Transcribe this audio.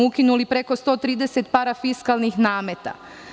Ukinuli smo preko 130 parafiskalnih nameta.